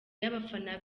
y’abafana